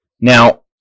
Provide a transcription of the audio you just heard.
now